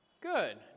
Good